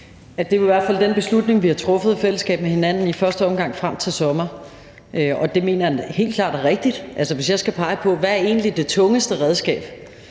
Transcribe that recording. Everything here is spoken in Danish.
fald den beslutning, vi har truffet i fællesskab med hinanden, i første omgang frem til sommeren, og det mener jeg helt klart er rigtigt, hvis jeg skal pege på, hvad der egentlig er det tungeste redskab.